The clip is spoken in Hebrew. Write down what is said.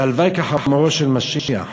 והלוואי כחמורו של משיח.